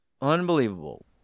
Unbelievable